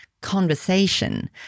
conversation